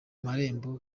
marembo